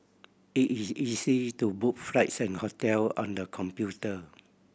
it is easy to book flights and hotel on the computer